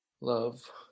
Love